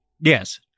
Yes